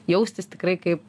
jaustis tikrai kaip